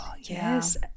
Yes